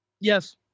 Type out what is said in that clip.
yes